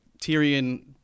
Tyrion